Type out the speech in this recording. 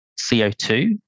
CO2